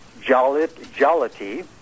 jollity